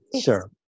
Sure